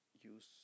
use